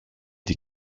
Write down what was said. des